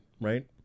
right